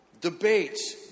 debates